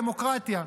דמוקרטיה.